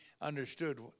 understood